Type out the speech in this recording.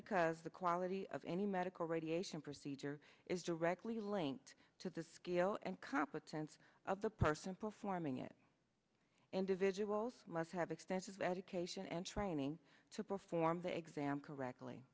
because the quality of any medical radiation procedure is directly linked to the skill and competence of the person performing it individuals must have extensive education and training to perform the exam correctly